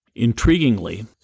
Intriguingly